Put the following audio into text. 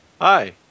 Hi